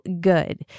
good